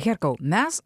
herkau mes